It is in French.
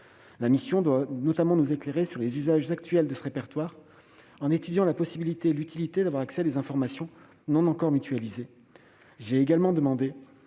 La mission doit notamment nous éclairer sur les usages actuels de ce répertoire en étudiant la possibilité et l'utilité d'avoir accès à des informations non encore mutualisées. J'ai également demandé